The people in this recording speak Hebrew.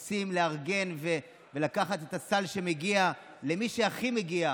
ומחפשות לארגן ולקחת את הסל שמגיע למי שהכי מגיע,